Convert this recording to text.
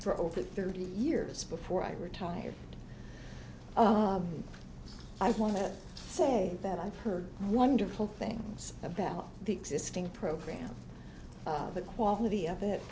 for over thirty years before i retired i want to say that i've heard wonderful things about the existing program the quality of it